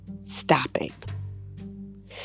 stopping